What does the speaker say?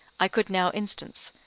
i could now instance,